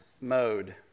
mode